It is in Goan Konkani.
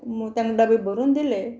तांकां डबे भरून दिले